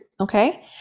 okay